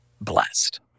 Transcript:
blessed